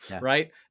right